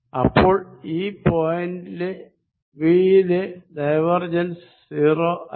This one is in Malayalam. അപ്പോൾ ഈ പോയിന്റിലെ V യിലെ ഡൈവർജൻസ് 0 അല്ല